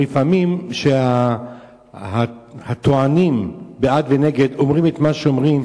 לפעמים הטוענים בעד ונגד אומרים את מה שאומרים,